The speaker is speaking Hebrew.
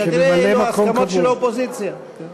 כנראה אלו ההסכמות של האופוזיציה.